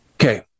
Okay